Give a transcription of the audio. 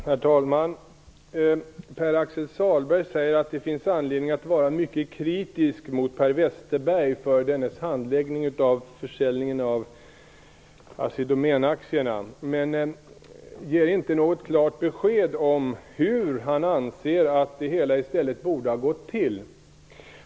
Herr talman! Pär-Axel Sahlberg säger att det finns anledning att vara mycket kritisk mot Per Westerberg för dennes handläggning av försäljningen av Assi Domän-aktierna. Han ger dock inget klart besked om hur han anser att det i stället borde ha gått till.